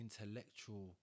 intellectual